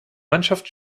mannschaft